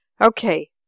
Okay